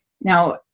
Now